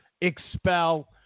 expel